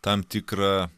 tam tikrą